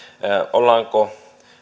ollaanko